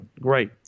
Great